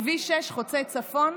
כביש 6 חוצה צפון,